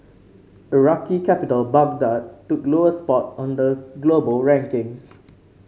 Iraqi capital Baghdad took lowest spot on the global rankings